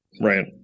Right